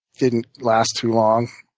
didn't last too long.